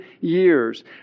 years